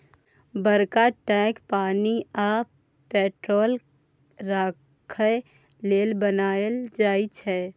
बरका टैंक पानि आ पेट्रोल राखय लेल बनाएल जाई छै